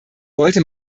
wollte